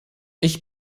ich